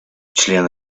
совета